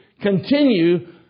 continue